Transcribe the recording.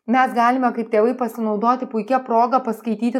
mes galime kaip tėvai pasinaudoti puikia proga paskaityti